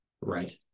Right